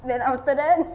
then after that